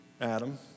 Adam